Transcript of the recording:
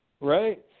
Right